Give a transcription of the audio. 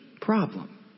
problem